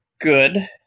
Good